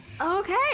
okay